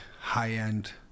high-end